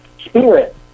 spirit